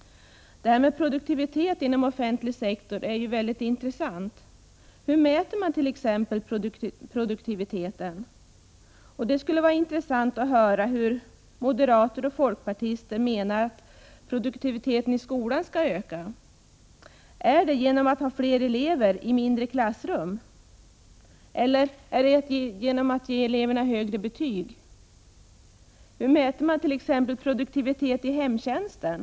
Detta med produktivitet inom offentlig sektor är mycket intressant. Hur mäter man den? Det skulle vara intressant att höra hur moderater och folkpartister menar att produktiviteten i skolan skall öka. Skall det ske genom att man har fler elever i mindre klassrum? Eller skall det ske genom att man ger eleverna högre betyg? Hur mäter man produktiviteten i t.ex. hemtjänsten?